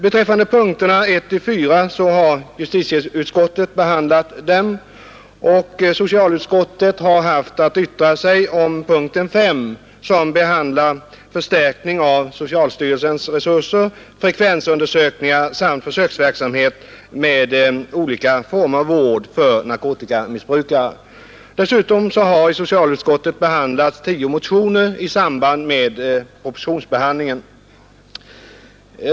Justitieutskottet har behandlat punkterna 1—4, och socialutskottet har haft att yttra sig om punkten 5 som gäller förstärkning av socialstyrelsens resurser, frekvensundersökningar samt försöksverksamhet med olika former av vård för narkotikamissbrukare. Dessutom har i socialutskottet behandlats tio motioner i samband med propositionsbehandlingen.